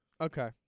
Okay